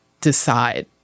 decide